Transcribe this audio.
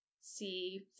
see